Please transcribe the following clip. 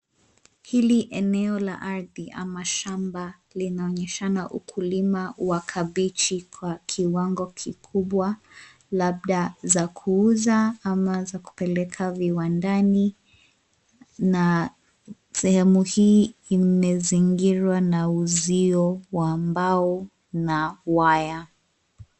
Hili eneo la ardhi ama shamba linaonyeshana ukulima wa kabichi kwa kiwango kikubwa, labda za kuuza ama za kupeleka viwandani. Na sehemu hii imezingirwa na uzio wa mbao na waya.